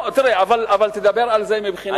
אבל תדבר על זה מבחינה ערכית.